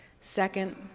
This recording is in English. Second